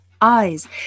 eyes